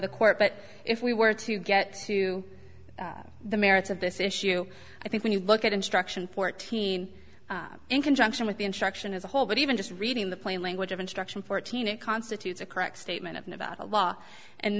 the court but if we were to get to the merits of this issue i think when you look at instruction fourteen in conjunction with the instruction as a whole but even just reading the plain language of instruction fourteen it constitutes a correct statement of nevada law and